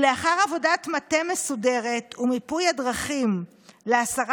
לאחר עבודת מטה מסודרת ומיפוי הדרכים להסרת